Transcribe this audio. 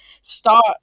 start